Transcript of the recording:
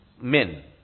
men